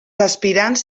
aspirants